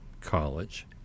college